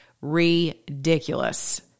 ridiculous